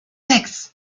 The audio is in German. hex